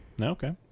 Okay